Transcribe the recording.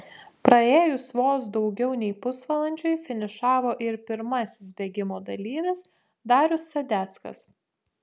praėjus vos daugiau nei pusvalandžiui finišavo ir pirmasis bėgimo dalyvis darius sadeckas